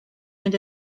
mynd